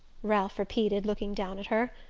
ralph repeated, looking down at her.